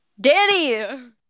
Danny